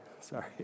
sorry